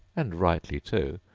and rightly too,